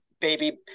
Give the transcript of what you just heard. baby